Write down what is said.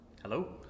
Hello